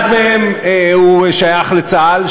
אחד מהם שייך לצה"ל,